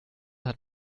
hat